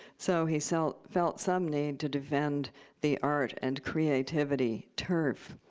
so he felt felt some need to defend the art and creativity turf.